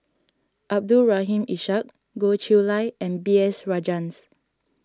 Abdul Rahim Ishak Goh Chiew Lye and B S Rajhans